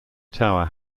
tower